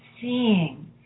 seeing